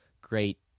great